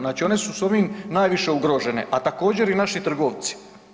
Znači, one su s ovim najviše ugrožene, a također i naši trgovci.